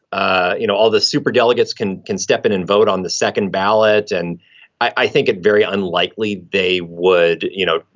ah you know, all the superdelegates can can step in and vote on the second ballot. and i think it very unlikely they would, you know,